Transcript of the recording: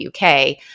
UK